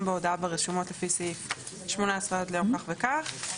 בהודעה ברשומות לפי סעיף 18 עד ליום מסוים,